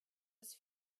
his